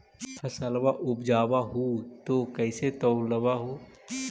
फसलबा उपजाऊ हू तो कैसे तौउलब हो?